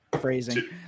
phrasing